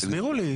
תסבירו לי.